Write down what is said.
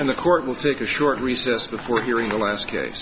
and the court will take a short recess before hearing the last case